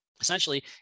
Essentially